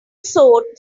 soared